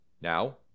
Now